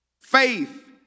Faith